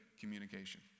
communication